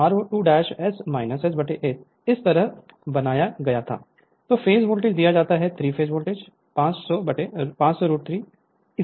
Refer Slide Time 1755 तो phase voltage दिया जाता है 3 पेज वोल्टेज 500 रूट 3 है